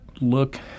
look